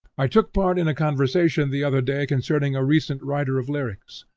i took part in a conversation the other day concerning a recent writer of lyrics,